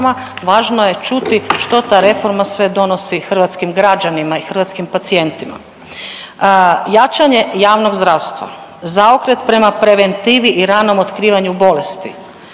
važno je čuti što ta reforma sve donosi hrvatskim građanima i hrvatskim pacijentima. Jačanje javnog zdravstva, zaokret prema preventivi i ranom otkrivanju bolesti,